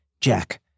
Jack